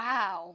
Wow